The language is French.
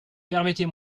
permettez